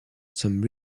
some